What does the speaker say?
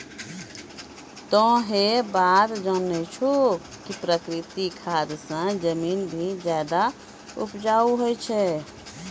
तोह है बात जानै छौ कि प्राकृतिक खाद स जमीन भी ज्यादा उपजाऊ होय छै